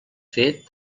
fet